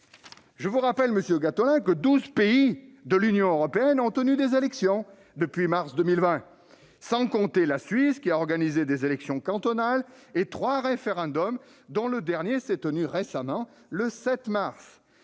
Je vous rappelle, monsieur Gattolin, que douze pays de l'Union européenne ont tenu des élections depuis mars 2020, sans compter la Suisse, qui a organisé des élections cantonales et trois referendums, dont le dernier s'est tenu récemment, le 7 mars